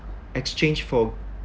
exchange for